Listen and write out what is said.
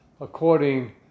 according